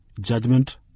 judgment